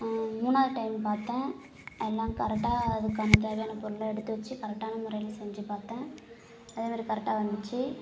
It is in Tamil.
மூணாவது டைம் பார்த்தன் எல்லாம் கரெட்டாக அதுக்கான தேவையான பொருள் எல்லாம் எடுத்து வச்சு கரெட்டான முறையில் செஞ்சு பார்த்தேன் அதுமாதிரி கரெட்டாக வந்துச்சு